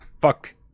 fuck